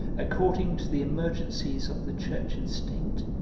according to the emergencies of the church and state,